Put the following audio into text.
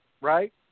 right